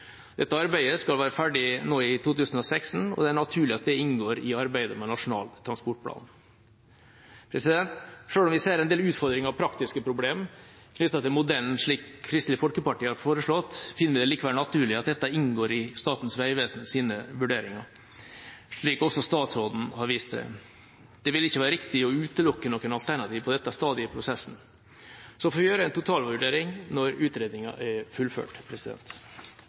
Dette arbeidet skal være ferdig nå i 2016, og det er naturlig at det inngår i arbeidet med Nasjonal transportplan. Selv om vi ser en del utfordringer og praktiske problemer knyttet til modellen slik Kristelig Folkeparti har foreslått, finner vi det likevel naturlig at dette inngår i Statens vegvesens vurderinger, slik også statsråden har vist til. Det vil ikke være riktig å utelukke noen alternativer på dette stadiet i prosessen. Så får vi gjøre en totalvurdering når utredningen er fullført.